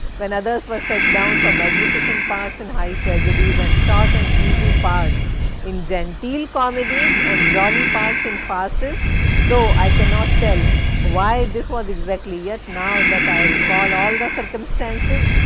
when others were set down for magnificent parts in high tragedies, and short and easy parts in genteel comedies, and jolly parts in farcesothough i cannot tell why this was exactly yet, now that i recall all the circumstances,